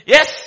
Yes